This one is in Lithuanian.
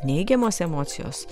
neigiamos emocijos